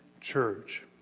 church